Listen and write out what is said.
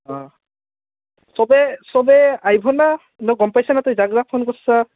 অঁ চবে চবে আহিব না ন গম পাইছ ফোন কৰছা